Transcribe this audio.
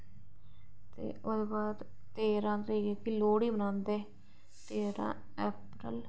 ते ओह्दे बाद तेरां तरीक जेह्की लोह्ड़ी मनांदे तेरां अप्रैल